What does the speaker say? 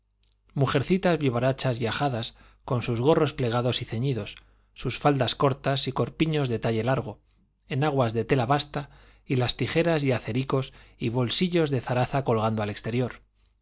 vivarachas y ajadas con sus gorros plegados y ceñidos sus faldas cortas y corpiños de talle largo enaguas de tela basta y las tijeras y acericos y bolsillos de zaraza colgando al exterior